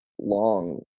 long